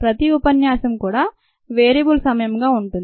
ప్రతి ఉపన్యాసం కూడా వేరియబుల్ సమయంగా ఉంటుంది